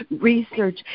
research